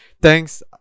thanks